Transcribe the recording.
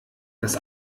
das